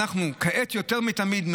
כעת יותר מתמיד,